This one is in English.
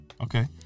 Okay